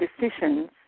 decisions